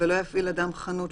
ולא יפעיל אדם חנות,